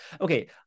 Okay